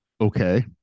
Okay